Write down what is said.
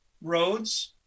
roads